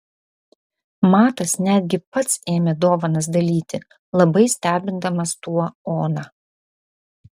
matas netgi pats ėmė dovanas dalyti labai stebindamas tuo oną